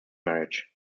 marriage